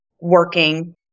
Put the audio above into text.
working